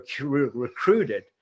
recruited